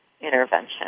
intervention